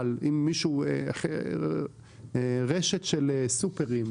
למשל רשת של סופרמרקטים,